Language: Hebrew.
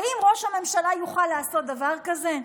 האם ראש הממשלה יוכל לעשות דבר כזה?